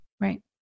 Right